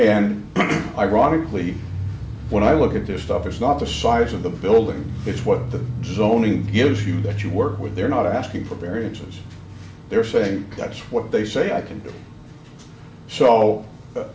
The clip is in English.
and ironically when i look at this stuff is not the size of the building it's what the zoning gives you that you work with they're not asking for variances they're saying that's what they say i can do so